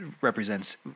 represents